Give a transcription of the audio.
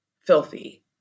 filthy